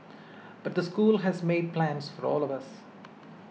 but the school has made plans for all of us